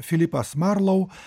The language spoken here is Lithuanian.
filipas marlou